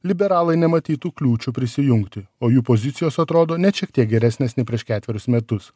liberalai nematytų kliūčių prisijungti o jų pozicijos atrodo net šiek tiek geresnės nei prieš ketverius metus